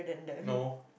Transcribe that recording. no